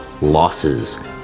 losses